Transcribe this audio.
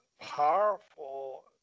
powerful